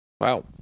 Wow